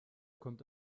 kommt